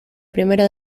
primera